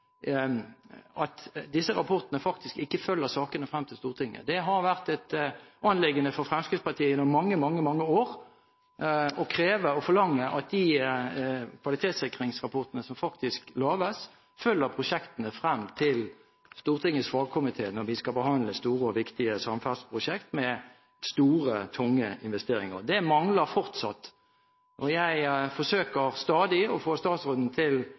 at disse rapportene faktisk ikke følger sakene frem til Stortinget. Det har vært et anliggende for Fremskrittspartiet gjennom mange, mange år å kreve og forlange at de kvalitetssikringsrapportene som faktisk lages, følger prosjektene frem til Stortingets fagkomité når vi skal behandle store og viktige samferdselsprosjekter med store, tunge investeringer. Det mangler fortsatt. Jeg forsøker stadig å få statsråden til